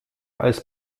als